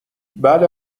بله